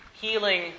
healing